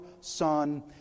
Son